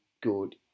good